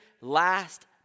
last